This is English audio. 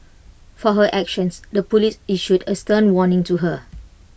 for her actions the Police issued A stern warning to her